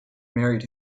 married